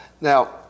Now